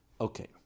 Okay